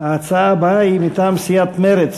ההצעה הבאה היא מטעם סיעת מרצ: